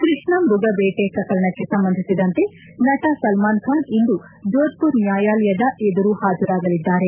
ಕೃಷ್ಣಮೃಗ ದೇಟೆ ಪ್ರಕರಣಕ್ಕೆ ಸಂಬಂಧಿಸಿದಂತೆ ನಟ ಸಲ್ನಾನ್ ಖಾನ್ ಇಂದು ಜೋಧ್ ಪುರ್ ನ್ವಾಯಾಲಯದ ಎದುರು ಹಾಜರಾಗಲಿದ್ದಾರೆ